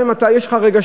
גם אם יש לך רגשות.